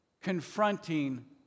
confronting